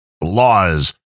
laws